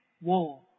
war